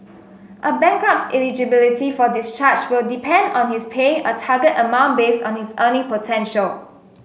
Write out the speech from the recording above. a bankrupt's eligibility for discharge will depend on his paying a target amount based on his earning potential